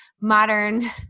modern